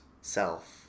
self